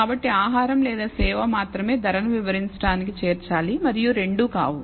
కాబట్టి ఆహారం లేదా సేవ మాత్రమే ధరను వివరించడానికి చేర్చాలి మరియు రెండూ కావు